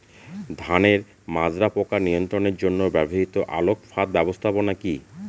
ধানের মাজরা পোকা নিয়ন্ত্রণের জন্য ব্যবহৃত আলোক ফাঁদ ব্যবস্থাপনা কি?